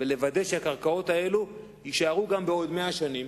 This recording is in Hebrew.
ולוודא שהקרקעות האלה יישארו גם בעוד 100 שנים